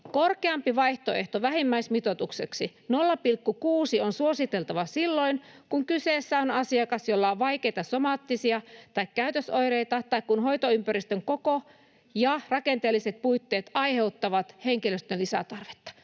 korkeampi vaihtoehto vähimmäismitoitukseksi 0,6 on suositeltava silloin, kun kyseessä on asiakas, jolla on vaikeita somaattisia tai käytösoireita tai kun hoitoympäristön koko ja rakenteelliset puitteet aiheuttavat henkilöstön lisätarvetta.